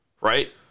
right